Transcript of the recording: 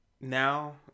now